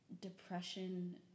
depression